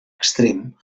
extrem